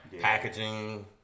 Packaging